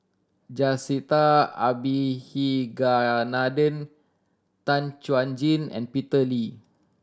Jacintha Abisheganaden Tan Chuan Jin and Peter Lee